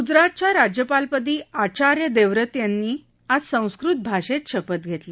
ग्जरातच्या राज्यपालपदी आचार्य देवरत यांनी आज संस्कृत भाषेत शपथ घेतली